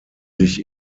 sich